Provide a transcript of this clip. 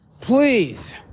Please